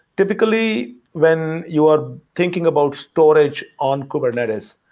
typically when you are thinking about storage on kubernetes,